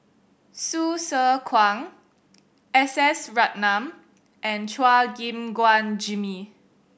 Hsu Tse Kwang S S Ratnam and Chua Gim Guan Jimmy